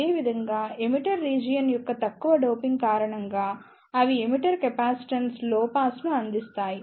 అదేవిధంగా emitter region యొక్క తక్కువ డోపింగ్ కారణంగా అవి ఎమిటర్ కెపాసిటెన్స్కు లో పాస్ ను అందిస్తాయి